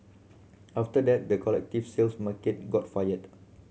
after that the collective sales market got fired